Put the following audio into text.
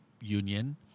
union